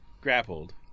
grappled